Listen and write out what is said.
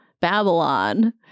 Babylon